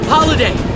Holiday